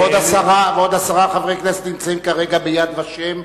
ועוד עשרה חברי כנסת נמצאים כרגע ב"יד ושם",